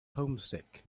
homesick